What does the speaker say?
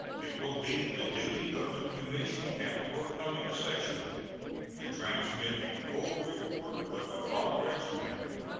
it will be the duty of the commission at your coming session to transmit a full report of the progress made,